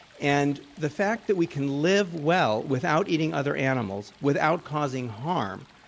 and the fact that we can live well without eating other animals, without causing harm,